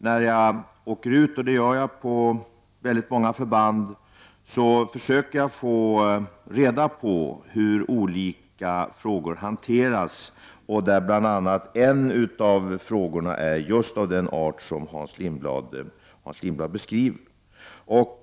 När jag åker ut på de olika förbanden försöker jag ta reda på hur olika frågor hanteras. En av dessa frågor är just av den art som Hans Lindblad beskriver.